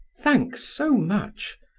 thanks so much.